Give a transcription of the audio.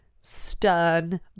stern